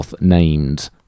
named